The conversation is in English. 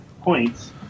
Points